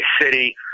City